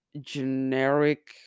generic